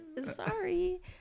sorry